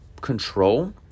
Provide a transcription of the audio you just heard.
control